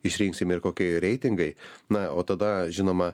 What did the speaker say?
išrinksim ir kokie jo reitingai na o tada žinoma